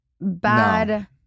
bad